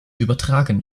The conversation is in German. übertragen